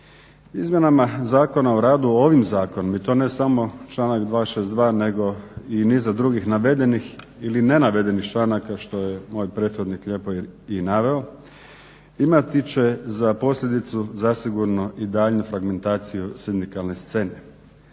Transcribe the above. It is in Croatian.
Izmjenama Zakona o radu ovim zakonom i to ne samo članak 262. nego i niza drugih navedenih ili nenavedenih članaka što je moj prethodnik lijepo i naveo imati će za posljedicu zasigurno i daljnju fragmentaciju sindikalne scene,